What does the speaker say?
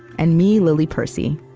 and me, lily percy.